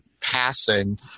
passing